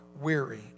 weary